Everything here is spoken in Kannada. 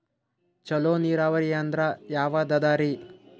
ಚಲೋ ನೀರಾವರಿ ಅಂದ್ರ ಯಾವದದರಿ?